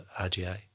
RGA